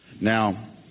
Now